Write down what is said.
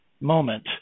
moment